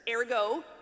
Ergo